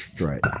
Right